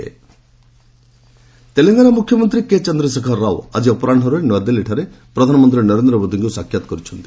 Modi Telangana CM Telangana ମୁଖ୍ୟମନ୍ତ୍ରୀ କେ ଚନ୍ଦ୍ରଶେଖର ରାଓ ଆଜି ଅପରାହୁରେ ନୂଆଦିଲ୍ଲୀରେ ପ୍ରଧାନମନ୍ତ୍ରୀ ନରେନ୍ଦ୍ର ମୋଦିଙ୍କୁ ସାକ୍ଷାତ କରିଛନ୍ତି